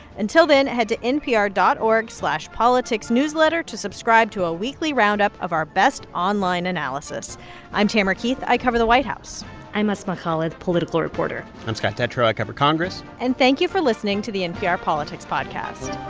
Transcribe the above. until then, head to npr dot org slash politicsnewsletter to subscribe to a weekly roundup of our best online analysis i'm tamara keith. i cover the white house i'm asma khalid, political reporter i'm scott detrow. i cover congress and thank you for listening to the npr politics podcast